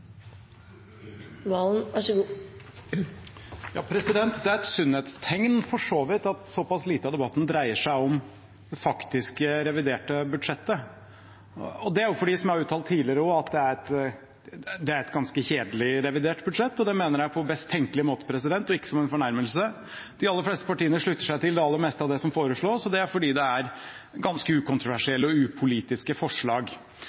et sunnhetstegn for så vidt at såpass lite av debatten dreier seg om det faktiske reviderte budsjettet. Det er fordi, som jeg har uttalt tidligere også, det er et ganske kjedelig revidert budsjett, og det mener jeg på best tenkelige måte, og ikke som en fornærmelse. De aller fleste partiene slutter seg til det aller meste av det som foreslås, og det er fordi det er ganske ukontroversielle og upolitiske forslag.